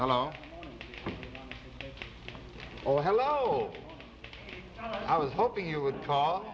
all hello i was hoping you would call